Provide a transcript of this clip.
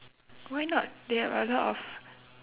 why not they have a lot of